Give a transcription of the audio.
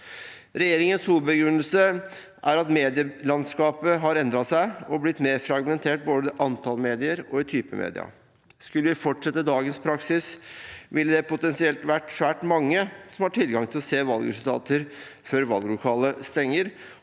Regjeringens hovedbegrunnelse er at medielandskapet har endret seg og blitt mer fragmentert, både i antall medier og type medier. Skulle vi fortsette dagens praksis, ville det potensielt vært svært mange som har tilgang til å se valgresultater før valglokalene stenger,